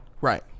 Right